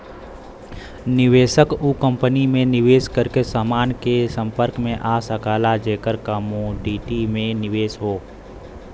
निवेशक उ कंपनी में निवेश करके समान के संपर्क में आ सकला जेकर कमोडिटी में निवेश हौ